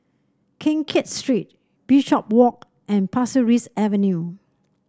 Keng Kiat Street Bishopswalk and Pasir Ris Avenue